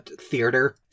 theater